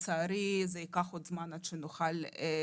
לצערי זה ייקח עוד זמן עד שנוכל לראות,